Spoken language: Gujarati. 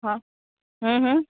હમ્મ હમ્મ